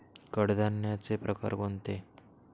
कडधान्याचे प्रकार कोणते?